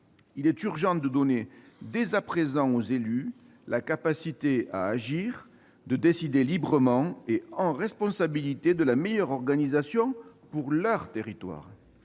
Il est urgent de donner dès à présent aux élus la capacité d'agir, de décider librement et en responsabilité de la meilleure organisation pour leur territoire.